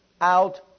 out